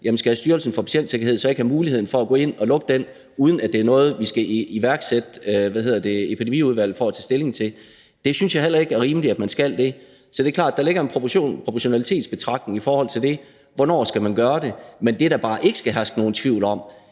skal Styrelsen for Patientsikkerhed så ikke have mulighed for at gå ind og lukke den, uden at det er noget, vi skal sammenkalde Epidemiudvalget for at tage stilling til? Det synes jeg heller ikke er rimeligt man skal. Så det er klart, at der ligger en proportionalitsbetragtning i forhold til det, altså hvornår man skal gøre det? Men det, der bare ikke skal herske nogen tvivl om,